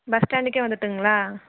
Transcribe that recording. bus ஸ்டாண்டுக்கே வந்துடட்டுங்களா